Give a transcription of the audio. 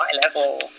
high-level